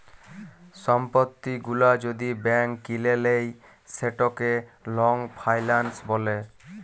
সম্পত্তি গুলা যদি ব্যাংক কিলে লেই সেটকে লং ফাইলাল্স ব্যলে